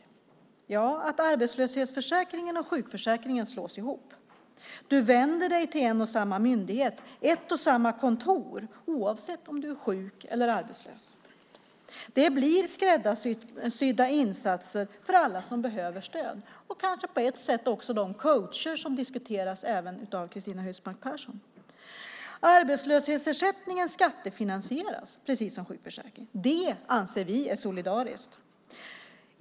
Jo, det innebär att arbetslöshetsförsäkringen och sjukförsäkringen slås ihop. Du vänder dig till en och samma myndighet, ett och samma kontor, oavsett om du är sjuk eller arbetslös. Det blir skräddarsydda insatser för alla som behöver stöd - och kanske också de coacher som diskuteras av Cristina Husmark Pehrsson. Arbetslöshetsersättningen skattefinansieras precis som sjukförsäkringen. Det anser vi är solidariskt.